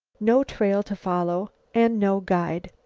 no trail to follow and no guide.